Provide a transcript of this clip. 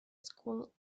school